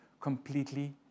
completely